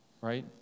Right